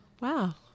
Wow